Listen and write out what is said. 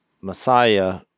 Messiah